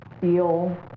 feel